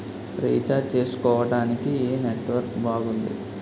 Recharge చేసుకోవటానికి ఏం network బాగుంది?